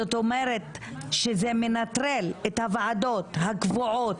זאת אומרת שזה מנטרל את הוועדות הקבועות,